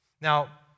Now